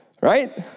right